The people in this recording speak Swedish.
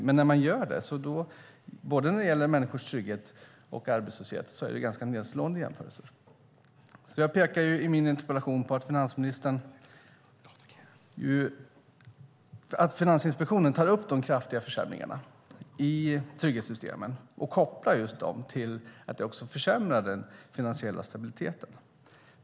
Men i fråga om människors trygghet och arbetslöshet är det nedslående jämförelser. Jag pekar i min interpellation på att Finansinspektionen tar upp de kraftiga försämringarna i trygghetssystemen och kopplar dem till den försämrade finansiella stabiliteten.